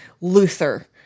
Luther